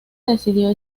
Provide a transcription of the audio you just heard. decidió